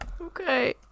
okay